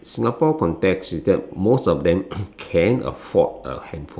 Singapore context is that most of them can afford a handphone